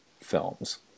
films